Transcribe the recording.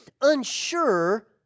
unsure